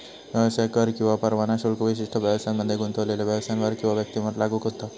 व्यवसाय कर किंवा परवाना शुल्क विशिष्ट व्यवसायांमध्ये गुंतलेल्यो व्यवसायांवर किंवा व्यक्तींवर लागू होता